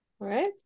Right